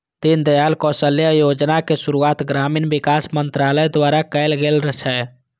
दीनदयाल कौशल्य योजनाक शुरुआत ग्रामीण विकास मंत्रालय द्वारा कैल गेल छै